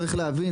צריך להבין,